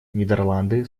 нидерланды